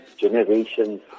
generations